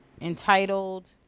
entitled